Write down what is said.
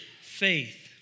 faith